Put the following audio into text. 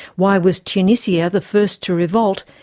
why was tunisia the first to revolt,